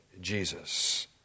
Jesus